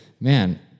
man